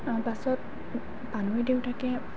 পাছত পানৈৰ দেউতাকে